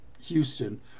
Houston